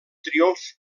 triomf